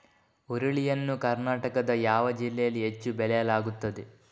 ಹುರುಳಿ ಯನ್ನು ಕರ್ನಾಟಕದ ಯಾವ ಜಿಲ್ಲೆಯಲ್ಲಿ ಹೆಚ್ಚು ಬೆಳೆಯಲಾಗುತ್ತದೆ?